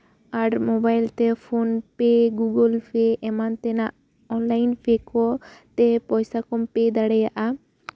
ᱟᱨ ᱢᱳᱵᱟᱭᱤᱞᱛᱮ ᱯᱷᱳᱱ ᱯᱮ ᱜᱩᱜᱳᱞ ᱯᱮ ᱮᱢᱟᱱ ᱛᱮᱱᱟᱜ ᱚᱱᱞᱟᱭᱤᱱ ᱯᱮ ᱠᱚᱛᱮ ᱯᱚᱭᱥᱟᱼᱠᱚᱢ ᱯᱮ ᱫᱟᱲᱮᱭᱟᱜᱼᱟ